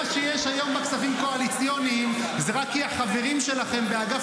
כל מה שיש היום בכספים קואליציוניים זה רק כי החברים שלכם באגף